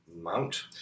Mount